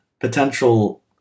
potential